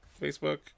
facebook